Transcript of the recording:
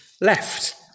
left